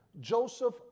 Joseph